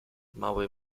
mały